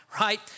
right